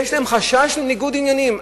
יש לגביהם חשש לניגוד עניינים.